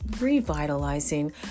revitalizing